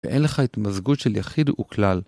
ואין לך התמזגות של יחיד וכלל.